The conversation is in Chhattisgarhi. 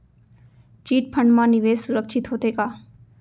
चिट फंड मा निवेश सुरक्षित होथे का?